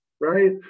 right